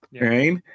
Right